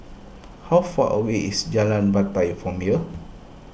how far away is Jalan Batai from here